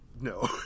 no